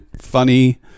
funny